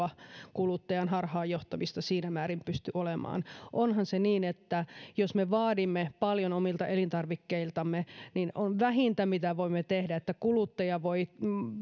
kuluttajan harhaanjohtamista siinä määrin pysty olemaan onhan se niin että jos me vaadimme paljon omilta elintarvikkeiltamme niin vähintä mitä voimme tehdä on että kuluttaja voi